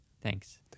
Thanks